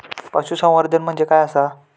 पशुसंवर्धन म्हणजे काय आसा?